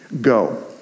go